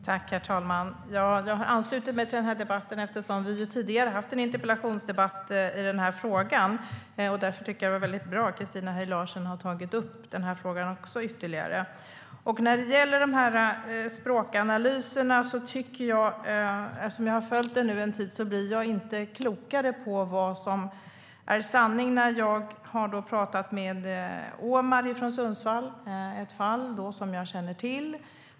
Herr talman! Jag har anslutit mig till debatten eftersom vi har haft en interpellationsdebatt om den här frågan tidigare. Det är bra att Christina Höj Larsen har tagit upp den ytterligare en gång. När det gäller språkanalyserna blir jag, trots att jag har följt detta en tid, inte klokare i fråga om vad som är sanning. Jag har pratat med Omar från Sundsvall. Det är ett fall som jag känner till.